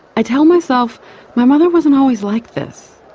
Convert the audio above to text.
i tell myself my mother wasn't always like this.